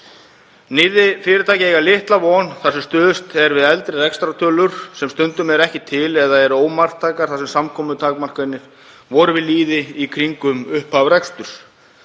Nýrri fyrirtæki eiga litla von þar sem stuðst er við eldri rekstrartölur sem stundum eru ekki til eða eru ómarktækar þar sem samkomutakmarkanir voru við lýði í kringum upphaf reksturs.